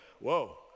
whoa